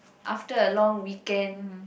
after a long weekend